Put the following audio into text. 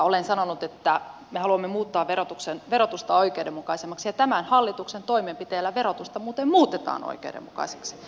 olen sanonut että me haluamme muuttaa verotusta oikeudenmukaisemmaksi ja tämän hallituksen toimenpiteillä verotusta muuten muutetaan oikeudenmukaiseksi